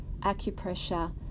acupressure